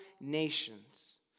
nations